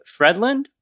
Fredland